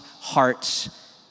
hearts